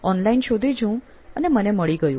online શોધી જોઉં અને મને મળી ગયું